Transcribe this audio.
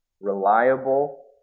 reliable